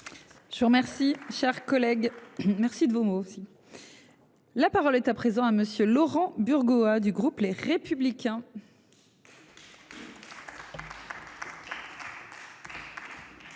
Je vous remercie, cher collègue. Merci de vos mots aussi. La parole est à présent à monsieur Laurent Burgo a du groupe les républicains.